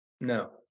No